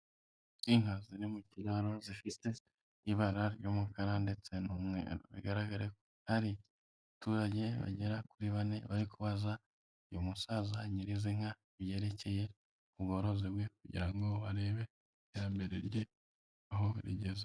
Inka ziri mu kiraro zifite ibara ry'umukara ndetse n'umweru. Bigaragare ko hari abaturage bagera kuri bane bari kubabaza uyu musaza nyiri izi nka, ibyerekeye ubworozi bwe, kugira ngo barebe iterambere rye aho rigeze.